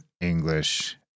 English